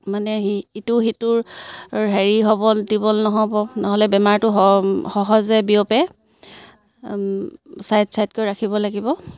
মানে ইটো সিটোৰ হেৰি হ'ব দিব নহ'ব নহ'লে বেমাৰটো সহজে বিয়পে ছাইড ছাইডকৈ ৰাখিব লাগিব